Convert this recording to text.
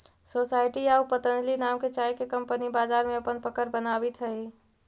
society आउ पतंजलि नाम के चाय के कंपनी बाजार में अपन पकड़ बनावित हइ